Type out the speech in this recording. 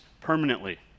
permanently